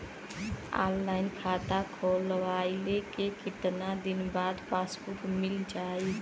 Online खाता खोलवईले के कितना दिन बाद पासबुक मील जाई?